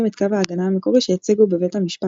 את קו ההגנה המקורי שהציגו בבית המשפט.